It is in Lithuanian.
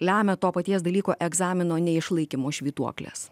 lemia to paties dalyko egzamino neišlaikymo švytuokles